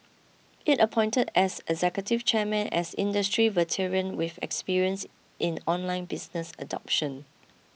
it appointed as executive chairman as industry veteran with experience in online business adoption